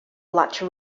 large